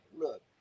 look